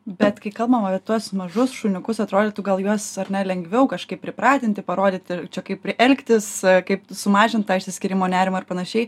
bet kai kalbam apie tuos mažus šuniukus atrodytų gal juos ar ne lengviau kažkaip pripratinti parodyti čia kaip elgtis kaip sumažint tą išsiskyrimo nerimą ir panašiai